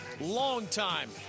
longtime